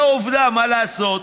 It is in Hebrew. זו עובדה, מה לעשות?